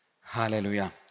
Hallelujah